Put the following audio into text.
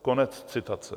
Konec citace.